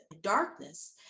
darkness